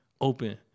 open